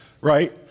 right